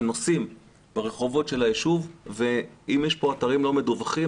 הם נוסעים ברחובות היישוב ואם יש אתרים לא מדווחים,